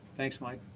thanks mike.